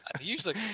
usually